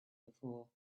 before